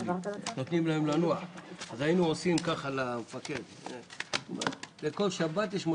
של הסעת ילד ללא מערכת יוכל להינתן לו דוח וקנס בשיעור של 250 ש"ח.